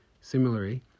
similarly